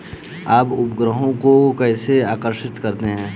आप ग्राहकों को कैसे आकर्षित करते हैं?